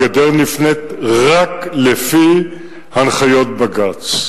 הגדר נבנית רק לפי הנחיות בג"ץ.